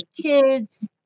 kids